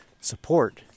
support